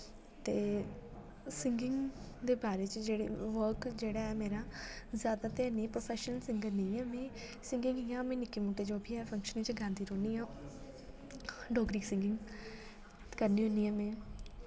ते सिंगिंग के बारे च जेह्ड़े वर्क जेह्ड़ा ऐ मेरा जैदा ते निं प्रोफेशनल सिंगर नेईं आ में सिंगिंग इ'यां में निक्के मुटे जो बी ऐ फंक्शने च गांदी रौह्नी आं डोगरी सिंगिंग करनी होन्नी आ में